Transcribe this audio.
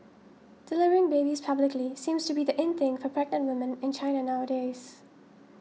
delivering babies publicly seems to be the in thing for pregnant woman in China nowadays